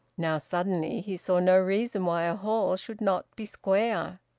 now suddenly he saw no reason why a hall should not be square.